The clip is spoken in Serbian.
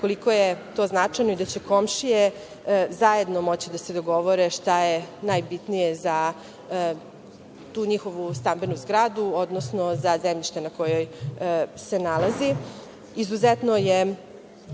koliko je to značajno i da će komšije moći zajedno da se dogovore šta je najbitnije za tu njihovu stambenu zgradu, odnosno za zemljište na kome se nalazi. Izuzetno je